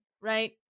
right